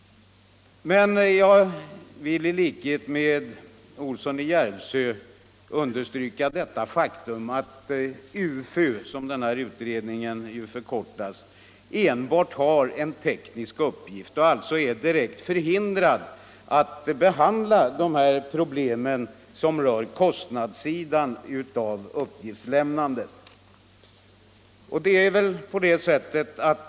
Jag vill i likhet med herr Olsson i Järvsö understryka det faktum att UFU, som den här utredningen förkortas, enbart har en teknisk uppgift och uttryckligen är förhindrad att behandla problemen som rör kostnadssidan av uppgiftslämnandet.